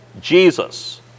Jesus